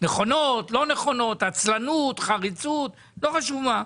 נכונות, לא נכונות, עצלנות, חריצות לא חשוב מה.